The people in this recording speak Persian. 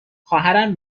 خواهرم